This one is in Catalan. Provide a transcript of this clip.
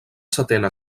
setena